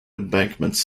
embankments